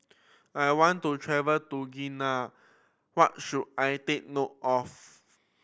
I want to travel to Guinea what should I take note of